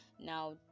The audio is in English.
Now